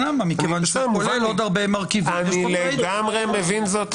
הרבה מרכיבים- -- אני לגמרי מבין זאת.